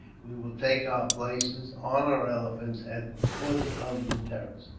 we will take our places, on our elephants, at the foot of the terrace.